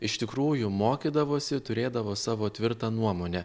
iš tikrųjų mokydavosi turėdavo savo tvirtą nuomonę